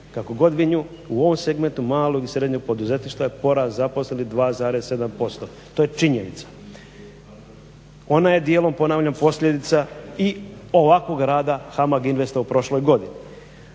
Kako god vi nju u ovom segmentu malog i srednjeg poduzetništva je porast zaposlenih 2,7%. To je činjenica. Ona je dijelom ponavljam posljedica i ovakvog rada HAMAG INVESTA u prošloj godini.